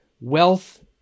Wealth